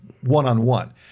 one-on-one